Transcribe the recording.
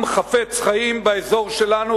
עם חפץ חיים באזור שלנו,